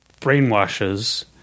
brainwashes